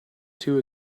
too